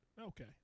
Okay